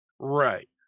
Right